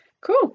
cool